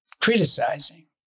criticizing